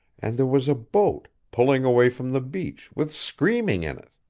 and there was a boat, pulling away from the beach, with screaming in it.